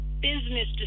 business